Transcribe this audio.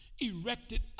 erected